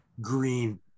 green